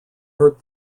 hurt